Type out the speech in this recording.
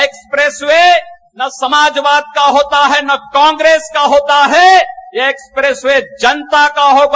express way न समाजवाद का होता है न कांग्रेस का होता है यह एक्सप्रेस वे जनता का होगा